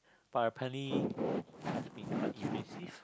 but apparently you can says